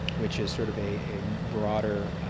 which is sort of a a broader